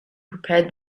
prepared